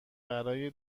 برای